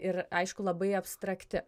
ir aišku labai abstrakti